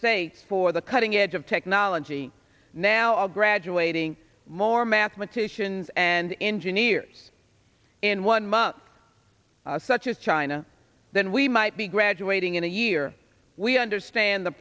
states for the cutting edge of technology now are graduating more mathematicians and engineers in one month such as china than we might be graduating in a year we understand the